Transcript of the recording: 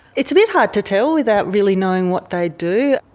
it's a bit hard to tell without really knowing what they do.